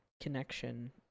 connection